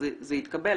אז זה יתקבל,